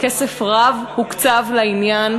כסף רב הוקצב לעניין.